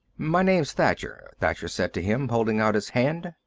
my name's thacher, thacher said to him, holding out his hand.